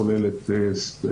כולל את סלובקיה,